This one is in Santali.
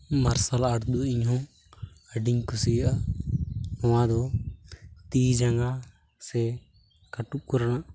ᱢᱟᱨᱥᱟᱞ ᱟᱨᱴ ᱫᱚ ᱤᱧᱦᱚᱸ ᱟᱹᱰᱤᱧ ᱠᱩᱥᱤᱭᱟᱜᱼᱟ ᱱᱚᱣᱟᱫᱚ ᱛᱤ ᱡᱟᱝᱜᱟ ᱥᱮ ᱠᱟᱹᱴᱩᱵ ᱠᱚᱨᱮᱱᱟᱜ